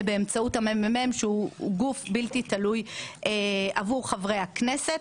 באמצעות המ.מ.מ שהוא גוף בלתי תלוי עבור חברי הכנסת,